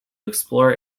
explore